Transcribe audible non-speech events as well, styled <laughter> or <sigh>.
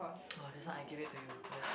<noise> !wah! this one I give it to you legit~